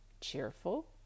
cheerful